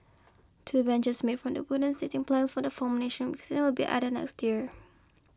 two benches made from the wooden seating planks from the former National Stadium will be added next year